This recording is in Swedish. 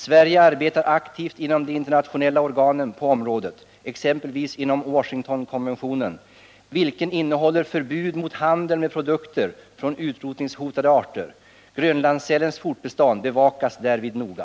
Sverige arbetar aktivt inom de internationella organen på området, exempelvis inom Washingtonkonventionen, vilken innehåller förbud mot handel med produkter från utrotningshotade arter. Grönlandssälens fortbestånd bevakas därvid noga.